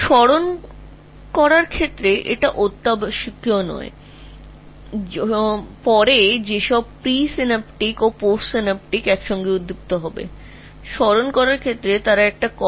এখন পুনরায় মনে করার জন্য এটা দরকার নয় যে সমস্ত প্রিসিন্যাপটিক এবং পোস্ট সিনাপটিক একসাথে ফায়ার করবে এর একটি অনুলিপি বা copy অন্য অঞ্চলে রয়েছে